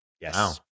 Yes